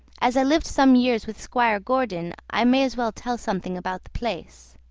as i lived some years with squire gordon, i may as well tell something about the place.